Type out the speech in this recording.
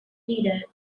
needed